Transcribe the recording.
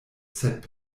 sed